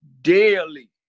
Daily